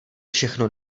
všechno